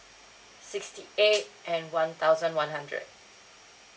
sixty eight and one thousand one hundred